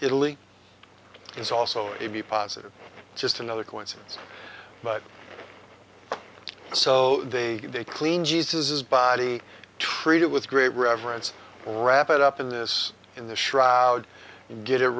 italy is also a b positive just another coincidence so they they clean jesus is body treated with great reverence wrap it up in this in the shroud and get